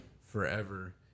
forever